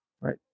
Right